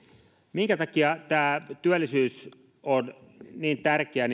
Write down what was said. minkä takia tämä työllisyys on niin tärkeä